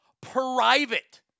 private